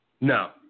No